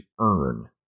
earn